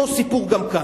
אותו סיפור גם כאן.